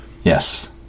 Yes